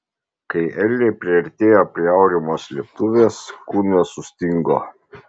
kai elniai priartėjo prie aurimo slėptuvės kūnas sustingo